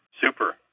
Super